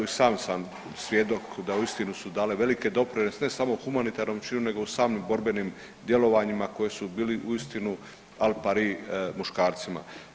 I sam sam svjedok da uistinu su dale velike doprinose, ne samo humanitarnom činu nego u samim borbenim djelovanjima koji su bili uistinu al pari muškarcima.